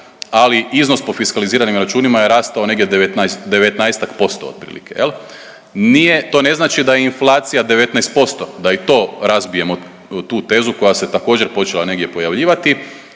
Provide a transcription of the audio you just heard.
ali iznos po fiskaliziranim računima je rastao negdje 19-ak posto otprilike, jel. Nije, to ne znači da je inflacija 19%, da i to razbijemo tu tezu koja se također počela negdje pojavljivati,